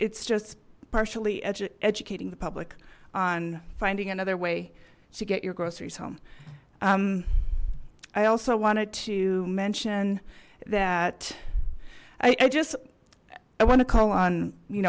it's just partially educating the public on finding another way to get your groceries home i also wanted to mention that i just i want to call on you